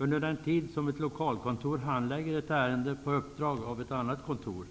Under den tid som ett lokalkontor handlägger ett ärende på uppdrag av ett annat kontor